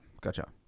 gotcha